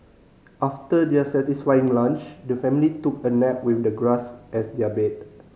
after their satisfying lunch the family took a nap with the grass as their bed